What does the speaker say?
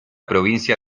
provincia